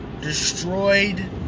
destroyed